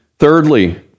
Thirdly